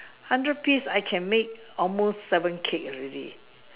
hundred piece I can make almost seven cake already